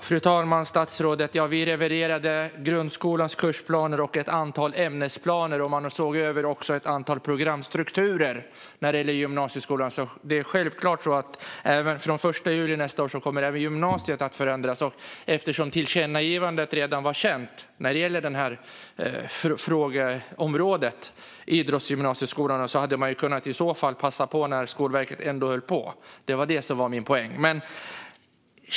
Fru talman! Vi levererade grundskolans kursplaner och ett antal ämnesplaner. Man såg också över ett antal programstrukturer när det gäller gymnasieskolan. Det är självklart så att även gymnasiet kommer att förändras från den 1 juli nästa år. Eftersom tillkännagivandet redan var känt när det gäller det här frågeområdet, idrottsgymnasieskolorna, hade man i så fall kunnat passa på när Skolverket ändå höll på. Det var det som var min poäng.